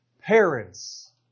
parents